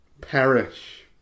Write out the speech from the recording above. perish